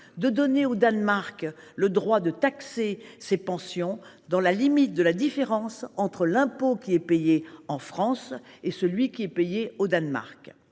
et donne au Danemark le droit de taxer ces pensions, dans la limite de la différence entre l’impôt acquitté en France et celui qui est payé au Danemark.